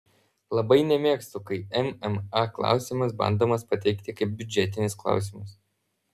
labai nemėgstu kai mma klausimas bandomas pateikti kaip biudžetinis klausimas